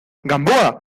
gamboa